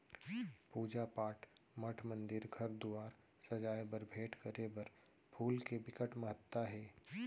पूजा पाठ, मठ मंदिर, घर दुवार सजाए बर, भेंट करे बर फूल के बिकट महत्ता हे